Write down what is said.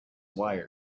wire